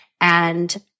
And-